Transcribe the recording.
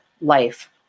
life